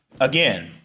again